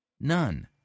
None